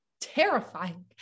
terrifying